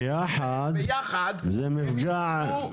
בבקשה.